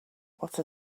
what